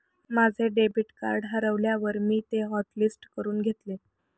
माझे debit card हरवल्यावर मी ते हॉटलिस्ट करून घेतले